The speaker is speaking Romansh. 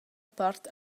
part